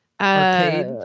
arcade